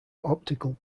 optical